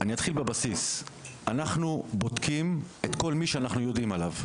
אני אתחיל בבסיס: אנחנו בודקים את כל מי שאנחנו יודעים עליו,